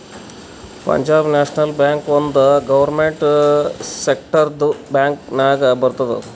Punjab National Bank ಒಂದ್ government ಸೆಕ್ಟರ್ದು bank ನಾಗ್ ಬರ್ತುದ್